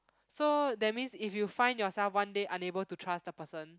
so that means if you find yourself one day unable to trust the person